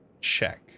check